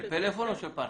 של פלאפון או של פרטנר?